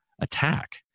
attack